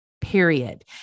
period